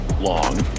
long